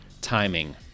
timing